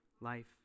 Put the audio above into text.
life